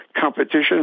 competition